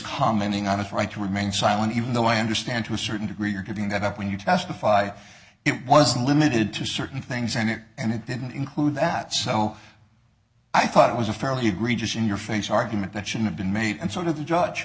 commenting on his right to remain silent even though i understand to a certain degree you're giving that up when you testify it was limited to certain things and it and it didn't include that so i thought it was a fairly good regis in your face argument that should have been made and sort of the judge